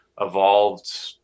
evolved